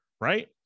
right